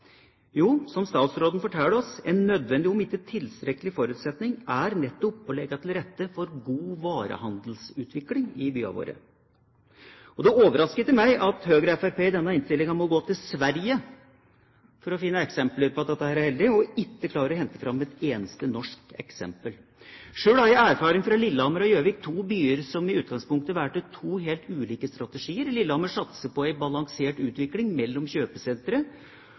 Jo, som statsråden forteller oss – en nødvendig, om ikke tilstrekkelig, forutsetning er nettopp å legge til rette for en god varehandelsutvikling i byene våre. Og det overrasker ikke meg at Høyre og Fremskrittspartiet i denne innstillingen må gå til Sverige for å finne eksempler på at dette er heldig, og ikke klarer å hente fram et eneste eksempel fra Norge. Selv har jeg erfaring fra Lillehammer og Gjøvik – to byer som i utgangspunktet valgte to helt ulike strategier. Lillehammer satser på en balansert utvikling mellom kjøpesentre